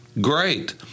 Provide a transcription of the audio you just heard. great